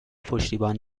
پشتیبان